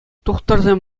тухтӑрсем